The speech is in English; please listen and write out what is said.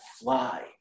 fly